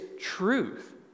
truth